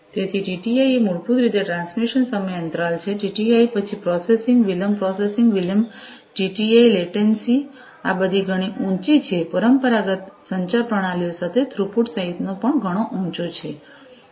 તેથી ટિટિઆઇ એ મૂળભૂત રીતે ટ્રાન્સમિશન સમય અંતરાલ છે ટિટિઆઇ પછી પ્રોસેસિંગ વિલંબ પ્રોસેસિંગ વિલંબ ટિટિઆઇ લેટન્સી આ બધી ઘણી ઊંચી છે પરંપરાગત સંચાર પ્રણાલીઓ સાથે થ્રુપુટ સહિતનો પણ ઘણો ઊંચો છે